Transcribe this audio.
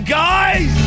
guys